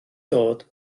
dod